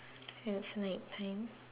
when it's night time